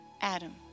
Adam